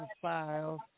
Files